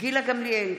גילה גמליאל,